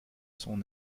son